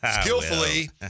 Skillfully